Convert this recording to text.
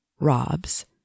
Rob's